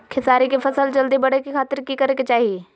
खेसारी के फसल जल्दी बड़े के खातिर की करे के चाही?